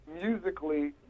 musically